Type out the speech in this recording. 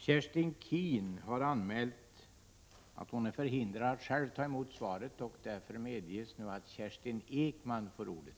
Kerstin Keen har anmält att hon är förhindrad att ta emot svaret, och därför medger jag att Kerstin Ekman tar emot det.